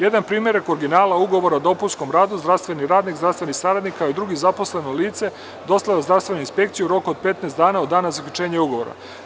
Jedan primerak originala ugovora o dopunskom radu zdravstveni radnik, zdravstveni saradnik kao i drugo zaposleno lice dostavlja zdravstvenoj inspekciji u roku od 15 dana od dana zaključenja ugovora.